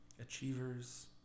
Achievers